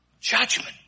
judgment